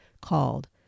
called